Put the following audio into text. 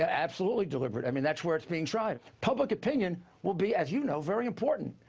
ah absolutely deliberate. i mean, that's where it's being tried. public opinion will be, as you know, very important.